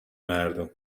مردم